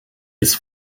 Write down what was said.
his